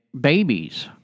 babies